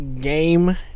Game